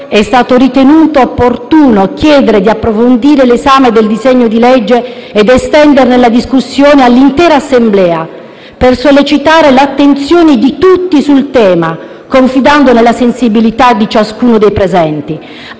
è stato ritenuto opportuno chiedere di approfondire l'esame del disegno di legge ed estenderne la discussione all'intera Assemblea per sollecitare l'attenzione di tutti sul tema, confidando nella sensibilità di ciascuno dei presenti,